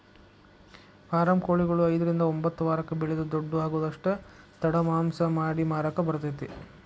form ಕೊಳಿಗಳು ಐದ್ರಿಂದ ಒಂಬತ್ತ ವಾರಕ್ಕ ಬೆಳಿದ ದೊಡ್ಡು ಆಗುದಷ್ಟ ತಡ ಮಾಂಸ ಮಾಡಿ ಮಾರಾಕ ಬರತೇತಿ